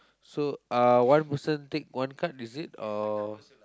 so uh one person take one card is it or